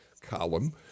column